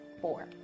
four